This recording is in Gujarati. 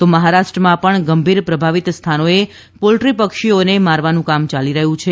તો મહારાષ્ટ્રમાં પણ ગંભીર પ્રભાવિત સ્થાનોએ પોલ્ટ્રી પક્ષીઓને મારવાનું કામ ચાલી રહ્યું છે